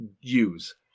use